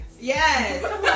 Yes